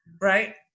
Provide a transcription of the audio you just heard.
right